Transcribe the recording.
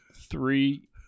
three